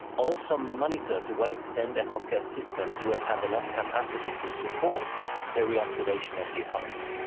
also monitor to what extent the healthcare systems will have enough capacity to support the reactivation of the economy.